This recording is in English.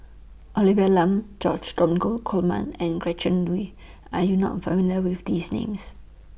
Olivia Lum George Dromgold Coleman and Gretchen Liu Are YOU not familiar with These Names